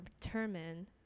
determine